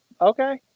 Okay